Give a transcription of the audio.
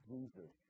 Jesus